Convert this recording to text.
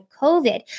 COVID